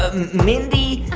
ah mindy,